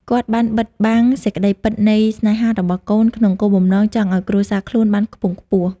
គាត់បានបិទបាំងសេចក្តីពិតនៃស្នេហារបស់កូន ក្នុងគោលបំណងចង់ឲ្យគ្រួសារខ្លួនបានខ្ពង់ខ្ពស់។